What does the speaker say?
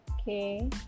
Okay